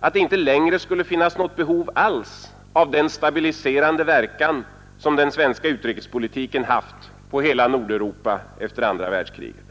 att det inte längre skulle finnas något behov alls av den stabiliserande verkan som den svenska utrikespolitiken haft på hela Nordeuropa efter andra världskriget.